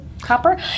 Copper